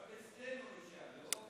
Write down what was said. גם אצלנו אישה, לא?